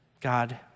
God